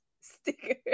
sticker